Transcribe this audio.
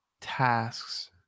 tasks